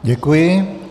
Děkuji.